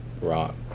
Rock